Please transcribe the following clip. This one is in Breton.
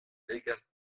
degas